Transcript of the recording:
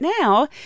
now